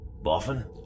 Boffin